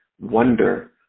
wonder